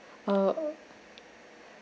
uh